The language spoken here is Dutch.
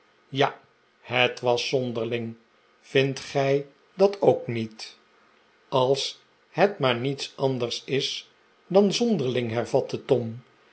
ja het is zonderling vindt gij dat ook niet als het maar niets anders is dan zonderling hervatte tom